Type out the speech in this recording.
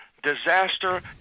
disaster